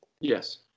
yes